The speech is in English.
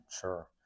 Sure